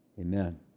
Amen